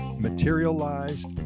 materialized